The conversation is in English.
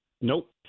Nope